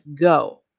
Go